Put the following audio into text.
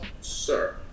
Sir